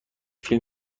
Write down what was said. فیلم